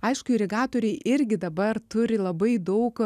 aišku irigatoriai irgi dabar turi labai daug